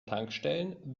tankstellen